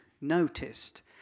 noticed